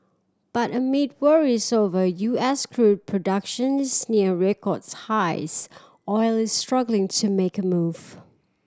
but amid worries over U S crude productions near record highs oil is struggling to make a move